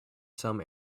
some